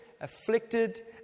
afflicted